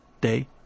day